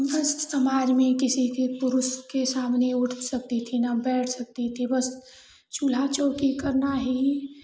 बस समाज में किसी से पुरुष के सामने उठ सकती थी न बैठ सकती थी बस चूल्हा चौकी करना ही